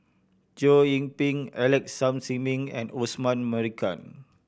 Chow Yian Ping Alex Yam Ziming and Osman Merican